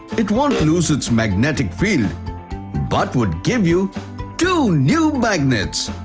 it won't lose its magnetic field but would give you two new magnets.